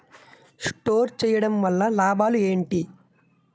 Store చేయడం వల్ల లాభాలు ఏంటి?